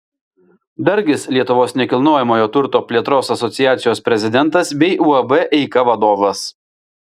dargis lietuvos nekilnojamojo turto plėtros asociacijos prezidentas bei uab eika vadovas